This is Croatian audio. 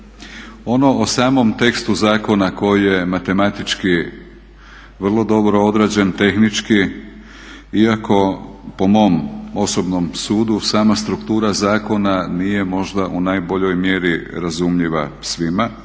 Ono o samom tekstu zakona koji je matematički vrlo dobro odrađen, tehnički iako po mom osobnom sudu sama struktura zakona nije možda u najboljoj mjeri razumljiva svima,